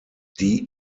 die